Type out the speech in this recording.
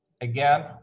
again